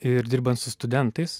ir dirbant su studentais